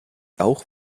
auch